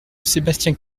sébastien